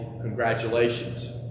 congratulations